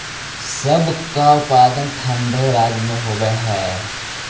सेब का उत्पादन ठंडे राज्यों में होव हई